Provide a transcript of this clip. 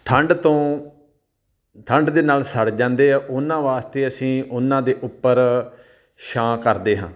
ਠੰਢ ਤੋਂ ਠੰਢ ਦੇ ਨਾਲ ਸੜ ਜਾਂਦੇ ਆ ਉਹਨਾਂ ਵਾਸਤੇ ਅਸੀਂ ਉਹਨਾਂ ਦੇ ਉੱਪਰ ਛਾਂ ਕਰਦੇ ਹਾਂ